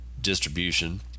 distribution